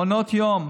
מעונות יום,